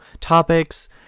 topics